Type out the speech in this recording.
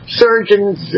surgeons